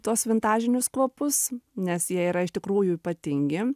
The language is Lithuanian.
tuos vintažinius kvapus nes jie yra iš tikrųjų ypatingi